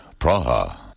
Praha